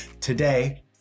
today